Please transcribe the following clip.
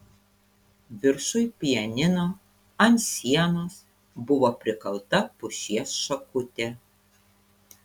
viršuj pianino ant sienos buvo prikalta pušies šakutė